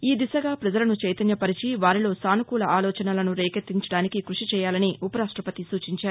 ఈ దిశగా ప్రజలను చైతన్యపరిచి వారిలో సానుకూల ఆలోచనలను రేకెత్తించడానికి కృషి చేయాలని ఉపరాష్టపతి సూచించారు